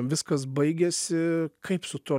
viskas baigiasi kaip su tuo